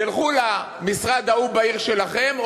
תלכו למשרד ההוא בעיר שלכם,